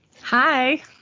Hi